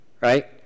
Right